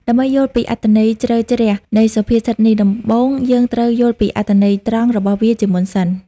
ដើម្បីយល់ពីអត្ថន័យជ្រៅជ្រះនៃសុភាសិតនេះ ដំបូងយើងត្រូវយល់ពីអត្ថន័យត្រង់របស់វាជាមុនសិន។